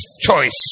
choice